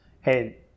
hey